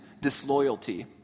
disloyalty